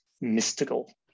mystical